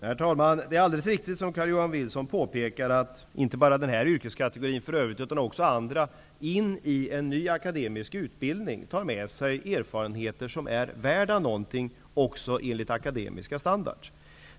Herr talman! Carl-Johan Wilson påpekar mycket riktigt att det inte bara är den här nämnda yrkeskategorin utan också andra som till en ny akademisk utbildning tar med sig erfarenheter som är värda någonting också enligt akademiska standarder.